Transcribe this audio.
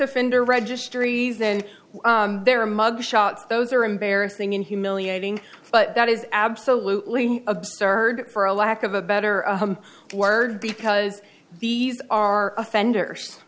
offender registries and there are mug shots those are embarrassing and humiliating but that is absolutely absurd for a lack of a better word because these are offenders